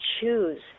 choose